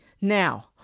Now